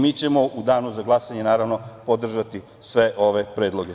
Mi ćemo u danu za glasanje naravno podržati sve ove predloge.